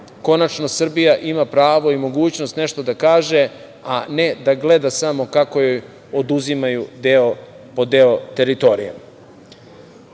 konačno Srbija ima pravo i mogućnost nešto da kaže, a ne da gleda samo kako joj oduzimaju deo po deo teritorije. Istakao